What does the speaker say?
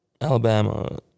Alabama